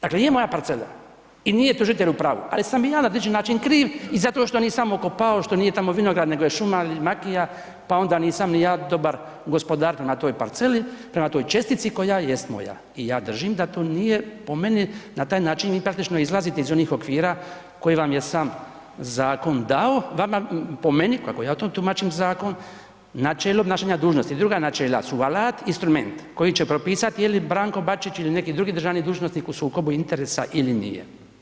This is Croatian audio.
Dakle, nije moja parcela i nije tužitelj u pravu, ali sam i ja na određen način kriv i zato što nisam okopavao, što nije tamo vinograd, nego je šuma ili makija, pa onda nisam ni ja dobar gospodar prema toj parceli, prema toj čestici koja jest moja i ja držim da to nije po meni na taj način i praktično izlaziti iz onih okvira koji vam je sam zakon dao, vama, po meni, kako ja to tumačim zakon, načelo obnašanja dužnosti i druga načela su alat i instrument koji će propisati je li Branko Bačić ili neki drugi državni dužnosnik u sukobu interesa ili nije.